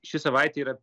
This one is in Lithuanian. ši savaitė yra